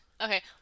okay